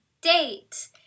date